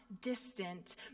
distant